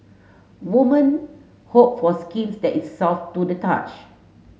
women hope for skins that is soft to the touch